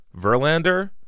Verlander